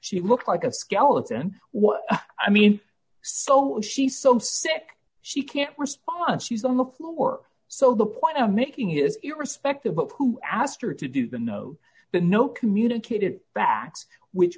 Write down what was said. she looked like a skeleton what i mean so she's so sick she can't respond she's on the floor so the point i'm making his irrespective of who asked her to do the no the no communicated facts which